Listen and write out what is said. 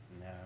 no